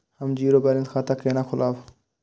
हम zero balance खाता केना खोलाब?